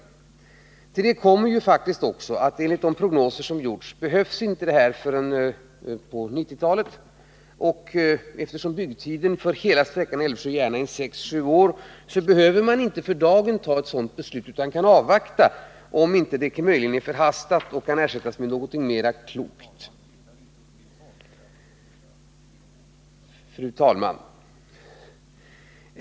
Därtill kommer att det här enligt de prognoser som gjorts faktiskt inte behövs förrän på 1990-talet, och eftersom byggtiden för hela sträckan Älvsjö-Järna är sex å sju år behöver man för dagen inte förhasta sig och ta ett sådant beslut utan kan avvakta och se om det inte möjligen kan ersättas med någonting mera klokt. Fru talman!